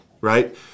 right